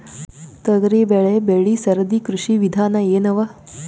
ತೊಗರಿಬೇಳೆ ಬೆಳಿ ಸರದಿ ಕೃಷಿ ವಿಧಾನ ಎನವ?